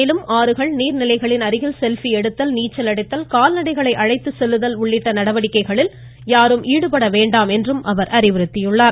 மேலும் ஆறுகள் நீா்நிலைகளின் அருகில் செல்பி எடுத்தல் நீச்சல்அடித்தல் கால்நடைகளை செல்தல் உள்ளிட்ட நடவடிக்கைகளில் யாரும் ஈடுபட வேண்டாம் என்றும் அழைத்துச் அறிவுறுத்தியுள்ளார்